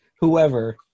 whoever